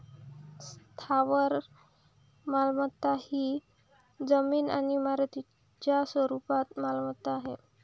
स्थावर मालमत्ता ही जमीन आणि इमारतींच्या स्वरूपात मालमत्ता आहे